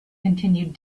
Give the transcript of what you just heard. continued